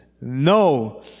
No